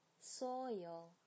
Soil